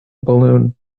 balloon